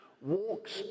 walks